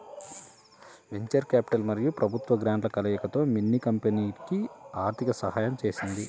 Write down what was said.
venture capital మరియు ప్రభుత్వ గ్రాంట్ల కలయికతో మిన్నీ కంపెనీకి ఆర్థిక సహాయం చేసింది